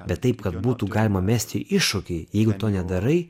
bet taip kad būtų galima mesti iššūkį jeigu to nedarai